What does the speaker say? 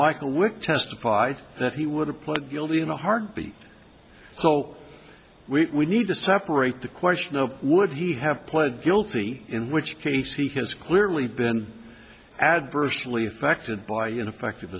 michael wick testified that he would have put guilty in a heartbeat so we need to separate the question of would he have pled guilty in which case he has clearly been adversely affected by ineffective